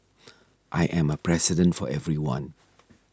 I am a President for everyone